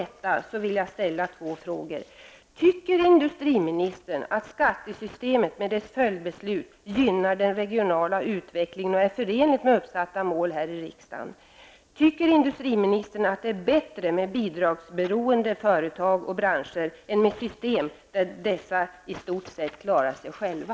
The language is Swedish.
Tycker industriministern att skattesystemet med dess följdbeslut gynnar den regionala utvecklingen och är förenlig med de mål som uppställts av riksdagen? Tycker industriministern att det är bättre med bidragsberoende företag och branscher än med system där dessa i stort sett klarar sig själva?